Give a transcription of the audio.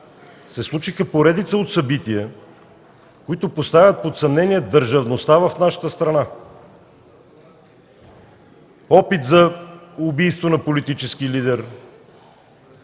се случиха поредица от събития, които поставят под съмнение държавността в нашата страна: опит за убийство на политически лидер;